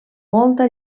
molta